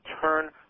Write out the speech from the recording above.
turn